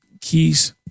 keys